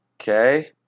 Okay